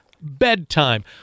bedtime